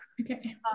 okay